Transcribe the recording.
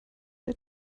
der